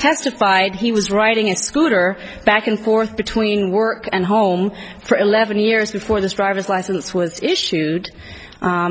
testified he was writing a scooter back and forth between work and home for eleven years before this driver's license was issued